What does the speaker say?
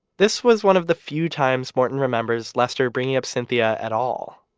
this was one of the few times morton remembers lester bringing up cynthia at all.